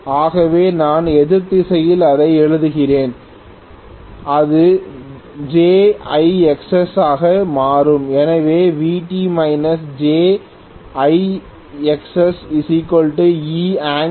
ஆகவே நான் எதிர் திசையில் அதையே எழுதுகிறேன் அது jIXS ஆக மாறும் எனவே Vt jIXSE